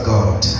God